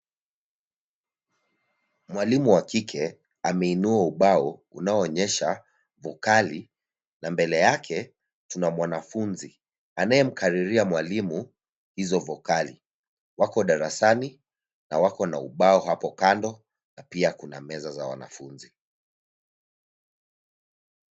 Mwalimu wa kike ameinua ubao unaoonyesha vokali. Mbele yake tuna mwanafunzi anayemkariria mwalimu hizo vokali. Wako darasani na wako na ubao hapo kando na pia kuna meza za wanafunzi.